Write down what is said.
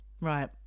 Right